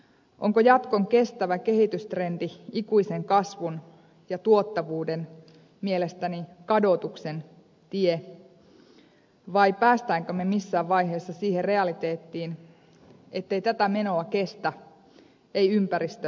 onko jatkon kestävä kehitystrendi ikuisen kasvun ja tuottavuuden mielestäni kadotuksen tie vai pääsemmekö me missään vaiheessa siihen realiteettiin ettei tätä menoa kestä ympäristö eikä ihminen